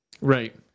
Right